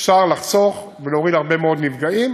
אפשר לחסוך ולהוריד הרבה מאוד נפגעים.